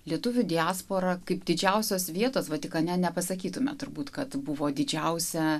lietuvių diaspora kaip didžiausios vietos vatikane nepasakytume turbūt kad buvo didžiausia